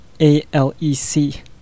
A-L-E-C